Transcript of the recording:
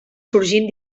sorgint